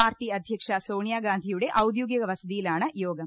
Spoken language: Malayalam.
പാർട്ടി അധ്യക്ഷ സോണിയാഗാന്ധിയുടെ ഔദ്യോഗിക വസതിയിലാണ് യോഗം